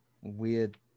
weird